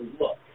look